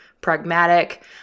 pragmatic